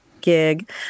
gig